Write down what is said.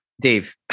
dave